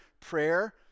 prayer